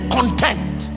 Content